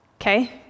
okay